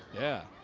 yeah.